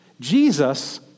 Jesus